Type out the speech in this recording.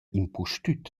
impustüt